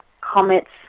Comets